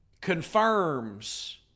confirms